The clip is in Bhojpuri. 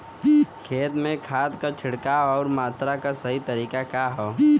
खेत में खाद क छिड़काव अउर मात्रा क सही तरीका का ह?